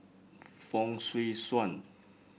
Fong Swee Suan